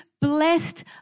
blessed